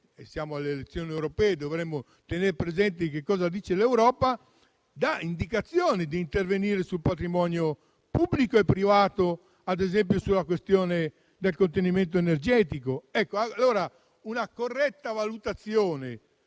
vicini alle elezioni europee, dovremmo tener presente che cosa dice l'Europa, che dà l'indicazione di intervenire sul patrimonio pubblico e privato, ad esempio sulla questione del contenimento energetico. Allora, sarebbe da fare una corretta valutazione